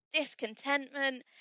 discontentment